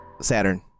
Saturn